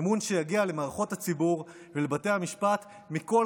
אמון שיגיע למערכות הציבור ולבתי המשפט מכל